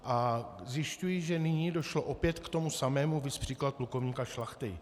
A zjišťuji, že nyní došlo opět k tomu samému, viz příklad plukovníka Šlachty.